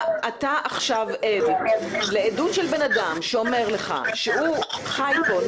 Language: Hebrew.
אתה עכשיו מקשיב לעדות של בן אדם שאומר לך שהוא חי פה,